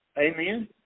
Amen